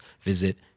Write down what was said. visit